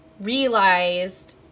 realized